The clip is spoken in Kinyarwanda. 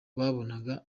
babonaga